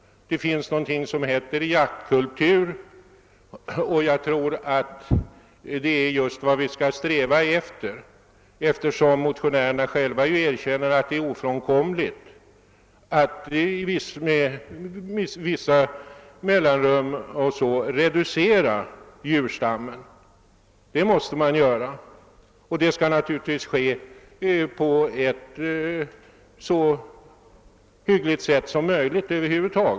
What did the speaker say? Det finns någonting som heter jaktkultur, och jag tror att det är just vad vi bör sträva efter. Motionärerna erkänner själva att det är ofrånkomligt att med vissa mellanrum reducera djurstammen, och det skall naturligtvis ske på ett så hyggligt sätt som möjligt.